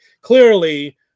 clearly